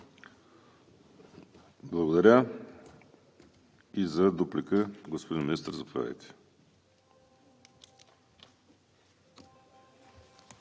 Благодаря. И за дуплика – господин Министър, заповядайте.